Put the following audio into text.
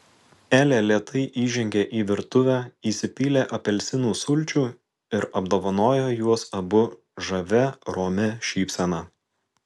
elė lėtai įžengė į virtuvę įsipylė apelsinų sulčių ir apdovanojo juos abu žavia romia šypsena